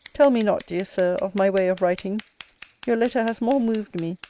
tell me not, dear sir, of my way of writing your letter has more moved me,